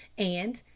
and,